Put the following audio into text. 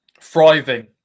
thriving